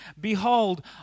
Behold